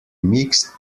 mixed